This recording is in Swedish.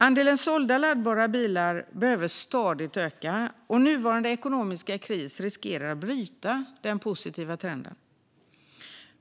Andelen sålda laddbara bilar behöver stadigt öka, och nuvarande ekonomiska kris riskerar att bryta den positiva trenden.